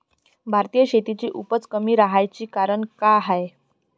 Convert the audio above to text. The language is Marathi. भारतीय शेतीची उपज कमी राहाची कारन का हाय?